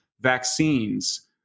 vaccines